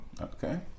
okay